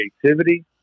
creativity